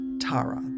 Tara